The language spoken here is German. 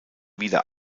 wieder